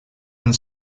and